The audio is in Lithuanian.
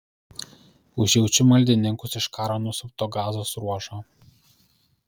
užjaučiu maldininkus iš karo nusiaubto gazos ruožo